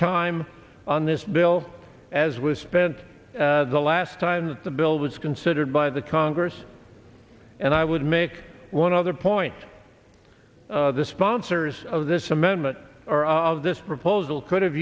time on this bill as was spent the last time that the bill was considered by the congress and i would make one other point the sponsors of this amendment are of this proposal could